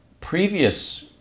previous